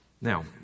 Now